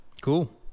Cool